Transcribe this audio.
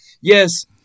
yes